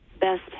best